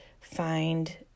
find